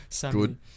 Good